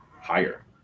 higher